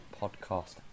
Podcast